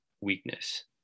weakness